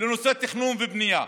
לנושאי תכנון ובנייה.